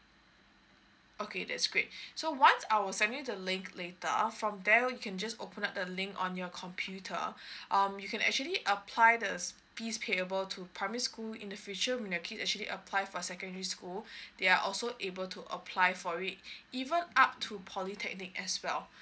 okay that's great so once I will send you the link later from there you can just open up the link on your computer um you can actually apply the fees payable to primary school in the future when your kid actually apply for secondary school they are also able to apply for it even up to polytechnic as well